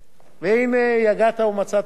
אם יגעת ומצאת, תאמין.